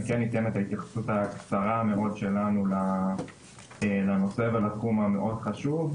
אני כן אתן את ההתייחסות הקצרה שלנו לנושא ולתחום המאוד חשוב.